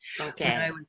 okay